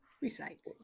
Recite